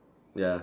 ya